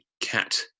cat